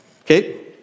Okay